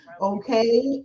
okay